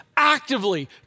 actively